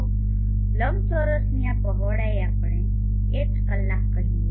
તો લંબચોરસની આ પહોળાઈ આપણે H કલાક કહીએ